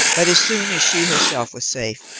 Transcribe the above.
but, as soon as she herself was safe,